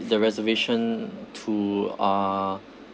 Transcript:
the reservation to uh